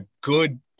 good